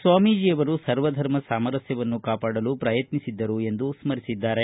ಸ್ವಾಮೀಜಿಯವರು ಸರ್ವಧರ್ಮ ಸಾಮರಸ್ಥವನ್ನು ಕಾಪಾಡಲು ಪ್ರಯತ್ನಿಸಿದ್ದರು ಎಂದು ಸ್ಥರಿಸಿದ್ದಾರೆ